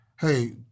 Hey